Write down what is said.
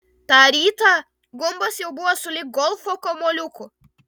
tą rytą gumbas jau buvo sulig golfo kamuoliuku